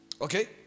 Okay